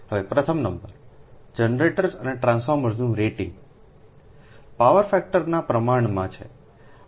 હવે પ્રથમ number generators અને ટ્રાન્સફોર્મર્સનું રેટિંગ inલટું પાવર ફેક્ટરના પ્રમાણમાં છે